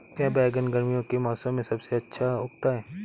क्या बैगन गर्मियों के मौसम में सबसे अच्छा उगता है?